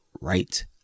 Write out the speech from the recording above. right